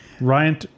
Ryan